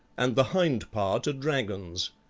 and the hind part a dragon's.